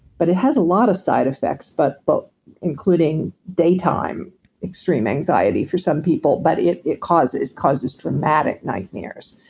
but it has a lot of side effects but but including daytime extreme anxiety for some people but it it causes causes dramatic nightmares.